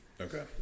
Okay